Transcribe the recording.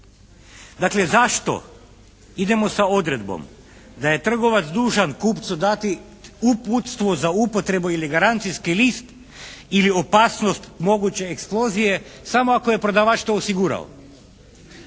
Dakle, zašto idemo sa odredbom da je trgovac dužan kupcu dati uputstvo za upotrebu ili garancijski list ili opasnost moguće eksplozije samo ako je prodavač to osigurao?